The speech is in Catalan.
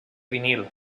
vinil